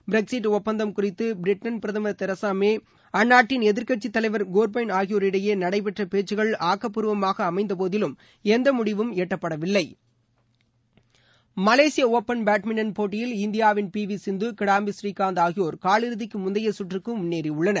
Brexit ஒப்பந்தம் குறித்துபிரிட்டன் பிரதமர் தெரசாமேஅந்நாட்டின் எதிர்கட்சி தலைவர் கோ்பைன் ஆகியோரிடையேநடைபெற்றபேச்சுகள் ஆக்கப்பூர்வமாகஅமைந்தபோதிலும் எந்தமுடிவும் எட்டப்படவில்லை மலேசியஒபன் பேட்மின்டன் போட்டியில் இந்தியாவின் பிவிசிந்து கிடாம்பி ஸ்ரீகாந்த் ஆகியோர்காலிறுதிக்குமுந்தையசுற்றுக்குமுன்னேறியுள்ளனர்